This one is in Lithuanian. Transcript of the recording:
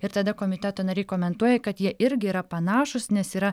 ir tada komiteto nariai komentuoja kad jie irgi yra panašūs nes yra